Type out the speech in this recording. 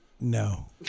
No